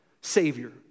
Savior